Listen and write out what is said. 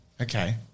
okay